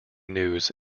news